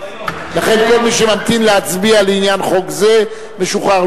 לכן כל מי שממתין להצביע לעניין חוק זה משוחרר,